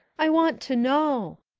i want to know.